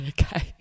okay